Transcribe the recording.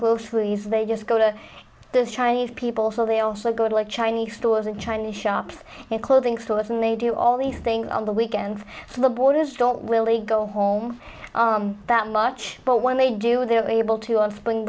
groceries they just go to the chinese people so they also go to like chinese stores and china shops and clothing stores and they do all these things on the weekends for the boarders don't really go home that much but when they do they're able to on spring